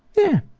yeah,